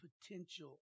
potential